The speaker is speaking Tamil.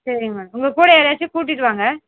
சரிங்க மேம் உங்கள் கூட யாரையாச்சும் கூட்டிகிட்டு வாங்க